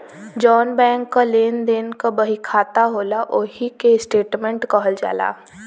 जौन बैंक क लेन देन क बहिखाता होला ओही के स्टेट्मेंट कहल जाला